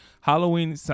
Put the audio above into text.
Halloween